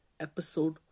Episode